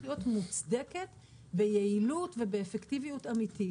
להיות מוצדקת ביעילות ובאפקטיביות אמיתית.